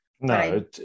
No